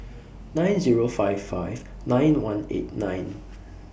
nine Zero five five nine one eight nine